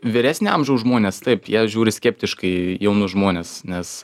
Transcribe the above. vyresnio amžiaus žmonės taip jie žiūri skeptiškai į jaunus žmones nes